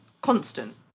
constant